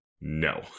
no